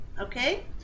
Okay